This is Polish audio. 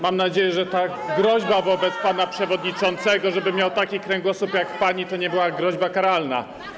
Mam nadzieję, że ta groźba wobec pana przewodniczącego, żeby miał taki kręgosłup, jak pani, to nie była groźba karalna.